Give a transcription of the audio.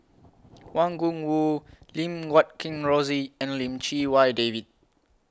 Wang Gungwu Lim Guat Kheng Rosie and Lim Chee Wai David